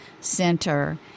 Center